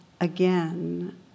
again